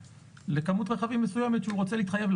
לכמות רכבים מסוימת שהוא רוצה להתחייב לה.